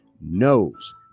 knows